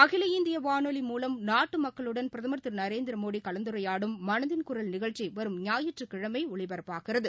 அகில இந்தியவானொலி மூலம் நாட்டுமக்களுடன் பிரதமர் திருநரேந்திரமோடிகலந்துரையாடும் மனதின் குரல் நிகழ்ச்சிவரும் ஞாயிற்றுக்கிழமைஒலிபரப்பாகிறது